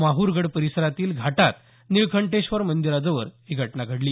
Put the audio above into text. माहूर गड परिसरातील घाटात निळकंठेश्वर मंदीराजवळ ही घटना घडली